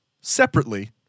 separately